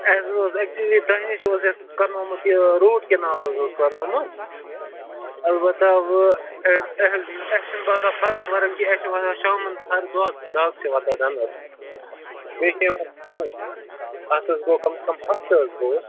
اَسہِ حظ اوس ایکچولی تۄہہِ نِش اوس یَتھ کَرنومُت یہِ روٗٹ کَنال حظ اوس کَرنومُت البتہ ووں اے اے اَسہِ چھَنہٕ باسان فَرق ورق کِہیٚنہ اَسہِ چھِ باسان شامن ہَر دۄہ دَگ چھِ وۄتھان دَندس بے چھِ یوان خون اَتھ حظ گوٚو کَم سے کم ہفتہٕ حظ گووُس